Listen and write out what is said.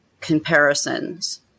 comparisons